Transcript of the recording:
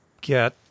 get